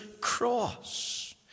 cross